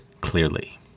clearly